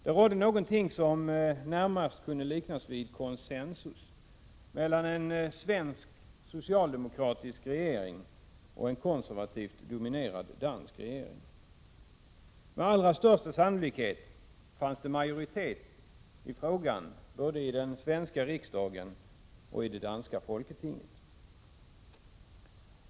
Det rådde någonting som närmast kunde liknas vid koncensus mellan en svensk socialdemokratisk regering och en konservativt dominerad dansk regering. Med allra största sannolikhet fanns det majoritet i frågan både i den svenska riksdagen och i det danska folketinget.